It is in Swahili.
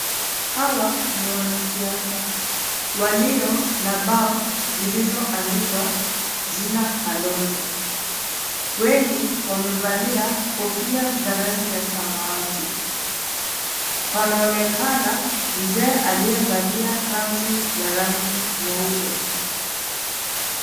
Hawa ni wanasiasa walio na bao zilizoandikwa jina Kalonzo. Wengi, wamevalia kofia za rangi ya samawati. Panaonekana mzee aliyevalia kanzu ya rangi nyeupe.